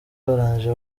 barangije